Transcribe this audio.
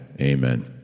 Amen